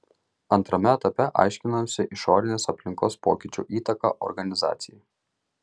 antrame etape aiškinamasi išorinės aplinkos pokyčių įtaka organizacijai